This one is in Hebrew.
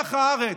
מלח הארץ,